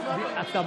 אתה מבין.